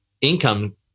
income